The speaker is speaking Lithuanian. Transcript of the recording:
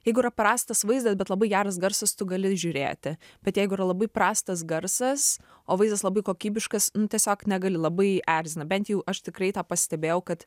jeigu yra prastas vaizdas bet labai geras garsas tu gali žiūrėti bet jeigu yra labai prastas garsas o vaizdas labai kokybiškas tiesiog negali labai erzina bent jau aš tikrai tą pastebėjau kad